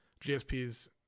GSP's